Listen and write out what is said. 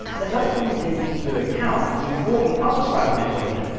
that doesn't really take into account the important other side of the equation,